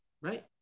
right